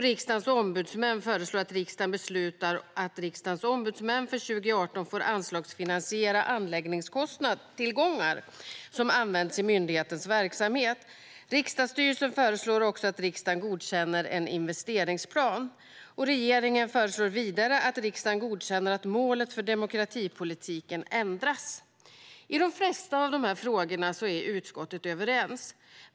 Riksdagens ombudsmän föreslår att riksdagen ska besluta att Riksdagens ombudsmän för 2018 ska få anslagsfinansiera anläggningstillgångar som används i myndighetens verksamhet. Riksdagsstyrelsen föreslår också att riksdagen ska godkänna en investeringsplan. Regeringen föreslår vidare att riksdagen ska godkänna att målet för demokratipolitiken ändras. I de flesta av dessa frågor är utskottet överens.